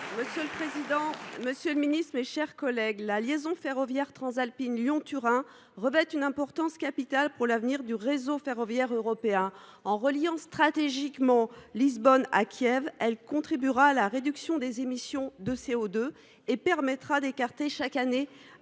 Monsieur le président, monsieur le ministre, mes chers collègues, la liaison ferroviaire transalpine Lyon Turin revêt une importance capitale pour l’avenir du réseau ferroviaire européen. En reliant stratégiquement Lisbonne à Kiev, elle contribuera à la réduction des émissions de CO2 et permettra d’écarter chaque année